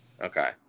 Okay